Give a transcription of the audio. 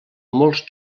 molts